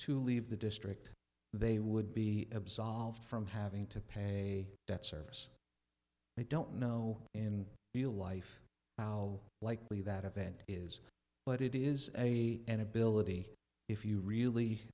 to leave the district they would be absolved from having to pay that service they don't know in real life how likely that event is but it is a an ability if you really